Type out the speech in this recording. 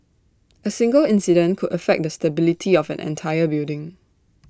A single incident could affect the stability of an entire building